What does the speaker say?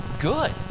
good